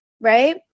Right